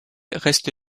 reste